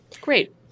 Great